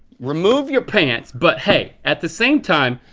remove your pants but hey, at the same time,